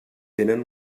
tenen